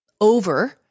over